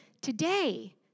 Today